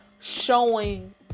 showing